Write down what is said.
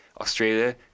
australia